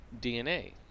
DNA